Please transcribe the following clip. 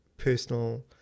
personal